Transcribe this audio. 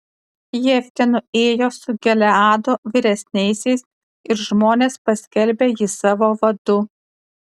jeftė nuėjo su gileado vyresniaisiais ir žmonės paskelbė jį savo vadu